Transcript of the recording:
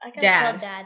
Dad